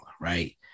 right